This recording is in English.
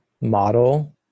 model